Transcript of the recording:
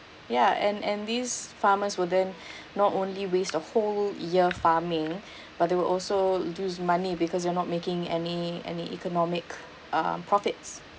ya and and these farmers will then not only waste a full year farming but they will also lose money because you're not making any any economic uh profits